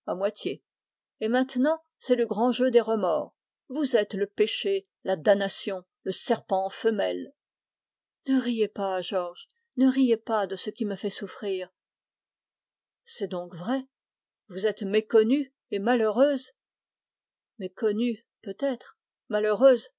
converti maintenant c'est le grand jeu des remords vous êtes le péché la damnation le serpent femelle ne riez pas de ce qui me fait souffrir c'est donc vrai vous êtes méconnue et malheureuse méconnue peut-être malheureuse